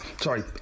Sorry